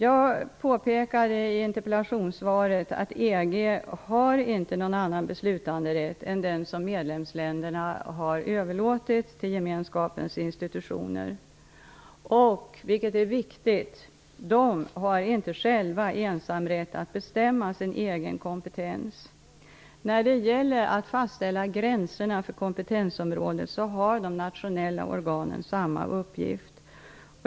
Jag påpekar i interpellationssvaret att EG inte har någon annan beslutanderätt än den som medlemsländerna har överlåtit till gemenskapens institutioner. Vad som är viktigt är att de själva inte har ensamrätt att bestämma sin egen kompetens. När det gäller att fastställa gränserna för kompetensområde har de nationella organen samma uppgift.